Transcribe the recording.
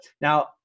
Now